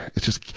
it's just,